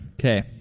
Okay